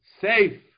safe